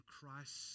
Christ